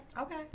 Okay